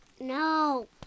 No